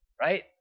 right